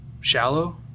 shallow